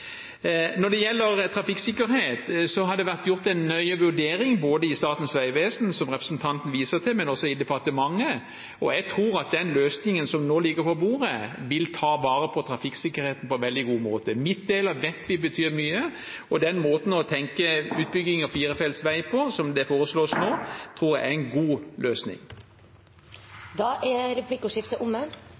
Når det gjelder trafikksikkerhet, har det vært gjort en nøye vurdering både i Statens vegvesen, som representanten viser til, og i departementet, og jeg tror at den løsningen som nå ligger på bordet, vil ta vare på trafikksikkerheten på en veldig god måte. Midtdeler vet vi betyr mye, og den måten å tenke utbygging av firefeltsvei på som foreslås nå, tror jeg er en god løsning. Replikkordskiftet er omme.